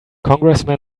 congressman